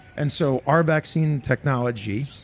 and so our vaccine technology,